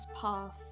path